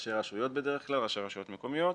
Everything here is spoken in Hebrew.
ראשי רשויות בדרך כלל, ראשי רשויות מקומיות,